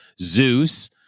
Zeus